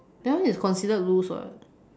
that one is considered loose [what]